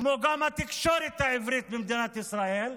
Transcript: כמו גם התקשורת העברית במדינת ישראל,